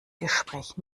gespräch